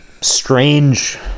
strange